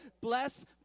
bless